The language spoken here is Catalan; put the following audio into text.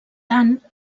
tant